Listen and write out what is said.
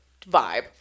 vibe